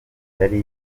yari